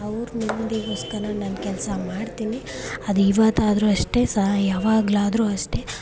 ಅವ್ರ ನೆಮ್ಮದಿಗೋಸ್ಕರ ನಾನು ಕೆಲಸ ಮಾಡ್ತೀನಿ ಅದು ಇವತ್ತಾದರೂ ಅಷ್ಟೇ ಸಾ ಯಾವಾಗಲಾದ್ರೂ ಅಷ್ಟೇ